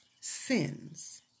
sins